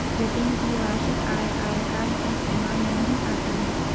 जतिन की वार्षिक आय आयकर की सीमा में नही आती है